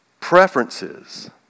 preferences